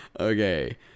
Okay